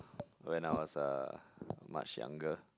when I was uh much younger